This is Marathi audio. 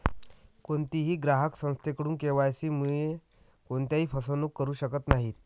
कोणीही ग्राहक संस्थेकडून के.वाय.सी मुळे कोणत्याही फसवणूक करू शकत नाही